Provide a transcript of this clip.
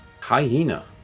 Hyena